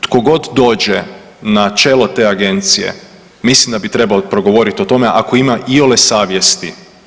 Tko god dođe na čelo te agencije mislim da bi trebao progovoriti o tome ako ima iole savjesti.